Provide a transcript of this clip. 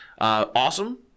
awesome